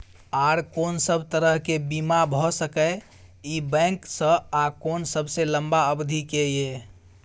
आर कोन सब तरह के बीमा भ सके इ बैंक स आ कोन सबसे लंबा अवधि के ये?